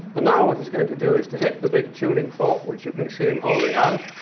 and now what he's going to do is to hit the big tuning fork which you can see him holding out.